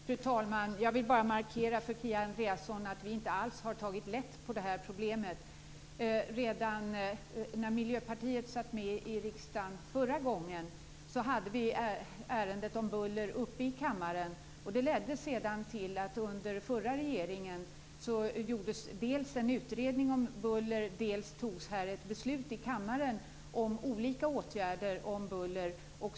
Fru talman! Jag vill bara markera för Kia Andreasson att vi inte alls har tagit lätt på det här problemet. Redan när Miljöpartiet satt med i riksdagen förra gången hade vi ärendet om buller uppe i kammaren. Det ledde sedan till att under den förra regeringen gjordes dels en utredning om buller, dels fattades ett beslut här i kammaren om olika åtgärder mot buller.